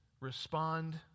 respond